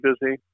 busy